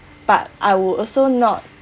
but I would also not